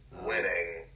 winning